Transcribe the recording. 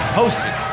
hosted